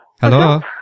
Hello